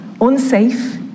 unsafe